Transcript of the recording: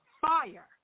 fire